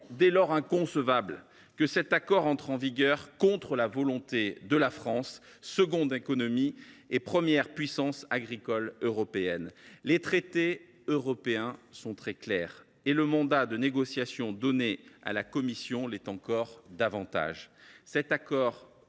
apparaît inconcevable que cet accord entre en vigueur contre la volonté de la France, seconde économie et première puissance agricole européenne. Les traités européens sont très clairs, le mandat de négociation donné à la Commission européenne est encore